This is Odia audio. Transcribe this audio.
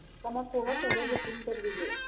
ତୁମେ କୁହ କେବେ ବୁକିଂ କରିବି ଯେ